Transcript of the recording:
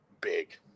big